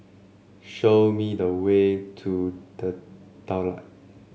show me the way to The Daulat